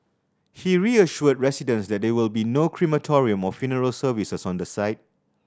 he reassured residents that there will be no crematorium or funeral services on the site